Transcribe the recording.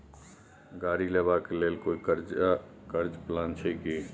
गाड़ी लेबा के लेल कोई कर्ज प्लान छै की?